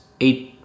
eight